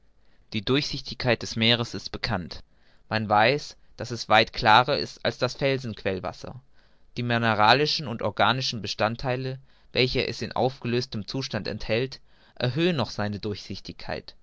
die durchsichtigkeit des meeres ist bekannt man weiß daß es weit klarer ist als das felsen quellwasser die mineralischen und organischen bestandtheile welche es in aufgelöstem zustand enthält erhöhen noch seine durchsichtigkeit